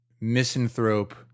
misanthrope